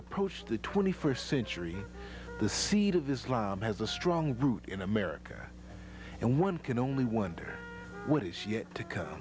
approach the twenty first century the seed of islam has a strong root in america and one can only wonder what he's yet to come